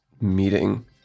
meeting